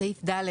סעיף (ד)